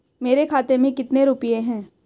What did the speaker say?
मेरे खाते में कितने रुपये हैं?